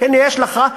הנה יש לך,